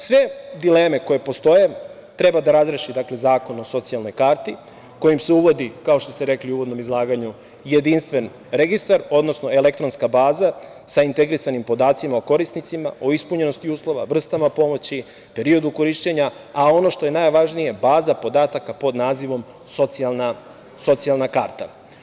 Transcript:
Sve dileme koje postoje treba da razreši Zakon o socijalnoj karti kojim se uvodi, kao što ste rekli u uvodnom izlaganju, jedinstven registar, odnosno elektronska baza sa integrisanim podacima o korisnicima, o ispunjenosti uslova, vrstama pomoći, periodu korišćenja, a ono što je najvažnije, baza podataka pod nazivom „Socijalna karta“